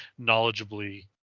knowledgeably